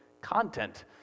content